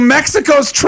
Mexico's